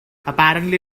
apparently